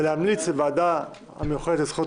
ולהמליץ למנות כיושב-ראש הוועדה המיוחדת לזכויות